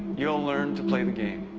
you'll learn to play the game.